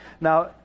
Now